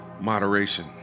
Moderation